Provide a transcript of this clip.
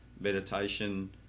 meditation